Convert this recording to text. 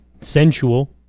sensual